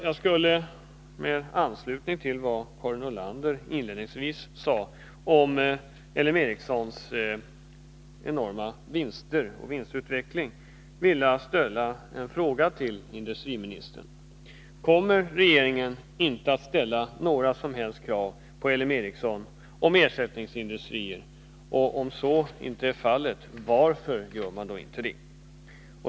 Jag skulle i anslutning till vad Karin Nordlander sade om L M Ericssons enorma vinstutveckling vilja ställa en fråga till industriministern: Kommer regeringen inte att ställa några som helst krav på L M Ericsson om ersättningsindustrier, och om så inte är fallet, varför gör man inte det?